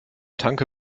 tanke